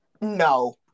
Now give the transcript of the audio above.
no